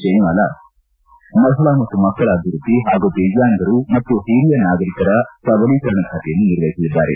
ಜಯಮಾಲಾ ಮಹಿಳಾ ಮತ್ತು ಮಕ್ಕಳ ಅಭಿವೃದ್ಧಿ ಹಾಗೂ ದಿವ್ಕಾಂಗರು ಮತ್ತು ಹಿರಿಯ ನಾಗರಿಕರ ಸಬಲೀಕರಣ ಖಾತೆಯನ್ನು ನಿರ್ವಹಿಸಲಿದ್ದಾರೆ